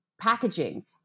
packaging